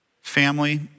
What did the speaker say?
Family